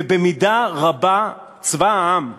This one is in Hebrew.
ובמידה רבה צבא העם הקלאסי,